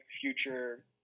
future